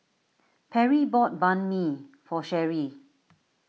Perri bought Banh Mi for Sherrie